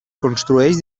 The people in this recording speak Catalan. construeix